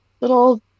little